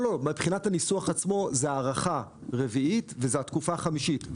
מבחינת הניסוח עצמו זו הארכה רביעית וזו התקופה החמישית.